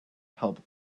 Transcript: help